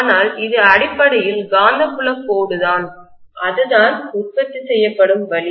ஆனால் இது அடிப்படையில் காந்தப்புலக் கோடுதான் அது தான் உற்பத்தி செய்யப்படும் வழி